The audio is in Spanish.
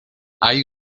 hay